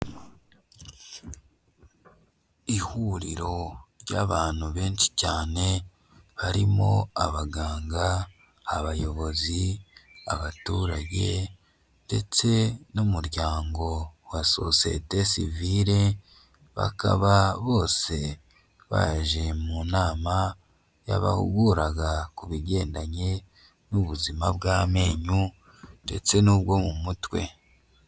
Ihuriro ry'abantu benshi cyane harimo abaganga, abayobozi, abaturage ndetse n'umuryango wa sosiyete civil, bakaba bose baje mu nama yabahuguraga ku bigendanye n'ubuzima bw'amenyo ndetse n'ubwo mu mutwe.